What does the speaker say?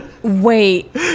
wait